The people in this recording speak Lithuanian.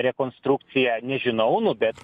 rekonstrukciją nežinau nu bet